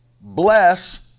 bless